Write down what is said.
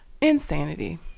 Insanity